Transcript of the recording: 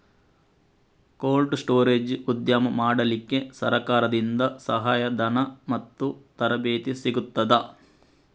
Cold storage ಉದ್ಯಮ ಮಾಡಲಿಕ್ಕೆ ಸರಕಾರದಿಂದ ಸಹಾಯ ಧನ ಮತ್ತು ತರಬೇತಿ ಸಿಗುತ್ತದಾ?